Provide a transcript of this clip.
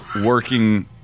working